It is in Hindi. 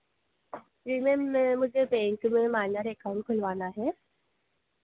जी मैम मुझे बैंक में माइनर एकाउंट खुलवाना है